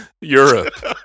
Europe